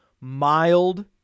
mild